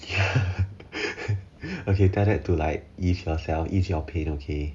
okay tell that to like ease yourself ease your pain okay